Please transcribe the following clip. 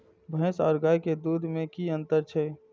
भैस और गाय के दूध में कि अंतर छै?